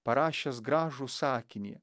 parašęs gražų sakinį